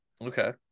Okay